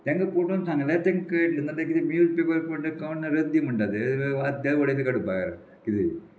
तेंका पोटोन सांगलें तेंकां कळटलें नाल्यार कितें न्यूज पेपर पडटा कोण्णा रद्दी म्हणटा तें आद्या वडयतले काडून भायर किदें